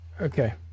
Okay